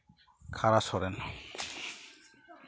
ᱠᱷᱟᱲᱟ Soren